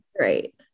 right